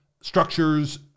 structures